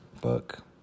book